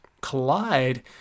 collide